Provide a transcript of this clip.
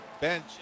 bench